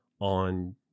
on